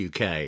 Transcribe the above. UK